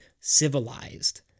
civilized